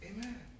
Amen